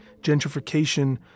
gentrification